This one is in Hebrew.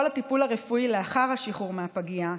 כל הטיפול הרפואי לאחר השחרור מהפגייה,